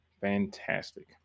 fantastic